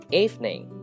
evening